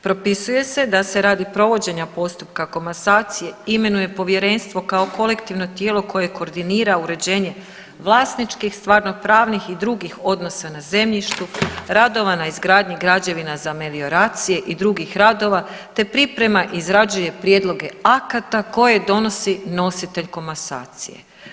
Propisuje se da se radi provođenja postupka komasacije imenuje povjerenstvo kao kolektivno tijelo koje koordinira uređenje vlasničkih stvarno-pravnih i drugih odnosa na zemljištu, radova na izgradnji građevina za melioracije i drugih radova, te priprema izrađuje prijedloge akata koje donosi nositelj komasacije.